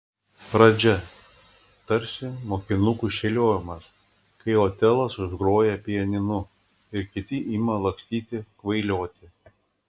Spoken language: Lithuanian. pradžia tarsi mokinukų šėliojimas kai otelas užgroja pianinu ir kiti ima lakstyti kvailioti